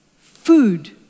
food